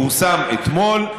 פורסם אתמול.